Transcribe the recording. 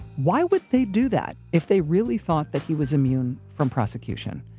why would they do that if they really thought that he was immune from prosecution?